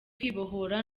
kwibohora